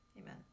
amen